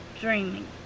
dreaming